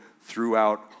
throughout